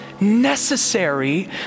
necessary